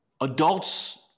adults